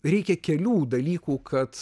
reikia kelių dalykų kad